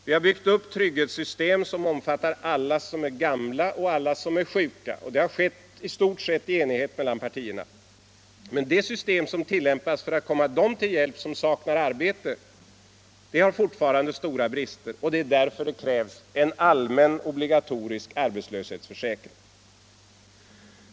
Vi har byggt upp trygghetssystem som omfattar alla som är gamla och alla som är sjuka, och det har skett i stort sett i enighet mellan partierna. Men det system som tillämpas för att komma dem till hjälp som saknar arbete har fortfarande stora brister, och det är därför det krävs en allmän, obligatorisk arbetslöshetsförsäkring.